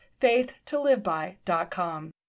faithtoliveby.com